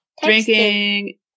Drinking